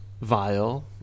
vile